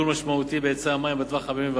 משמעותי בהיצע המים בטווח הבינוני והארוך,